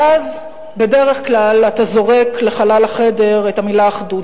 ואז, בדרך כלל, אתה זורק לחלל החדר את המלה אחדות.